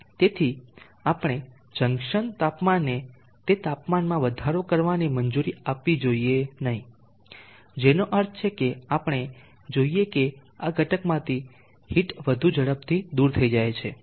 તેથી આપણે જંકશન તાપમાનને તે તાપમાનમાં વધારો કરવાની મંજૂરી આપવી જોઈએ નહીં જેનો અર્થ છે કે આપણે જોઈએ કે આ ઘટકમાંથી હીટ વધુ ઝડપથી દૂર થઈ જાય છે